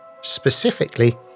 specifically